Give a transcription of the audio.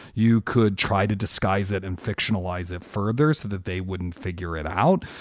you could try to disguise it and fictionalize it further so that they wouldn't figure it out.